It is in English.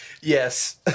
Yes